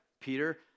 Peter